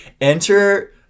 enter